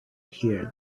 hear